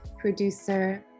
producer